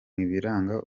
biranga